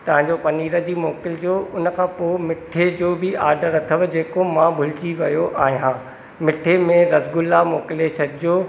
तव्हां जो पनीर जी मोकिलजो उन खां पोइ मीठे जो बि ऑडर अथव जेको मां भुलिजी वियो आहियां मीठे में रसगुल्ला मोकिले छॾिजो